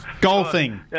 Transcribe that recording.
golfing